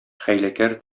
хәйләкәр